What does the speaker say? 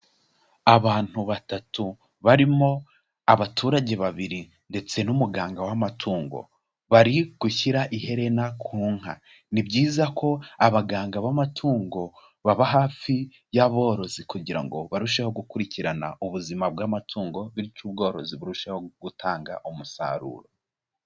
Abantu batatu barimo abaturage babiri ndetse n'umuganga w'amatungo, bari gushyira iherena ku nka. Ni byiza ko abaganga b'amatungo baba hafi y'aborozi kugira ngo barusheho gukurikirana ubuzima bw'amatungo, bityo ubworozi burusheho gutanga umusaruro.